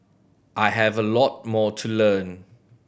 I have a lot more to learn